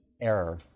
Error